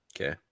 Okay